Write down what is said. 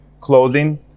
clothing